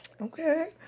Okay